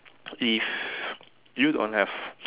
if you don't have